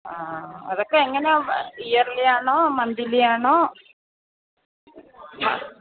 ആ അതൊക്കെ എങ്ങനെ ഇയർലി ആണോ മന്ത്ലി ആണോ അ